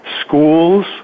schools